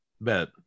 Bet